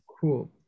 Cool